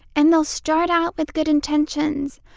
and they'll start out with good intentions.